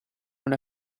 una